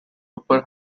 upper